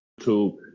YouTube